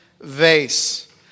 vase